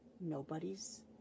nobody's